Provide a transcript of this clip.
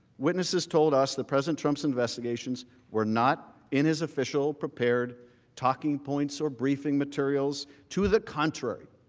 witnesses told us that president trump's investigations were not in his official prepared talking points or briefing materials to the contrary.